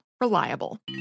Reliable